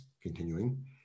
continuing